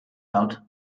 out